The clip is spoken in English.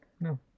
no